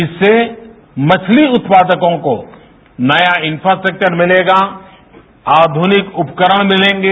इससे मछली उत्पादकों को नया इफ्रास्टक्चर मिलेगा आधुनिक उपकरण मिलेंगे